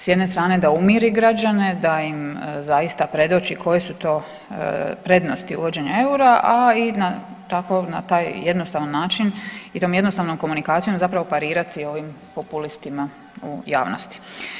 S jedne strane da umiri građane, da im zaista predoči koje su to prednosti uvođenja eura, a i tako, na taj jednostavan način i tom jednostavnom komunikacijom zapravo parirati ovim populistima u javnosti.